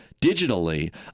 digitally